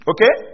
Okay